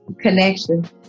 connection